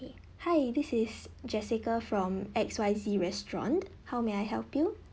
hi this is jessica from X Y Z restaurant how may I help you